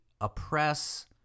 oppress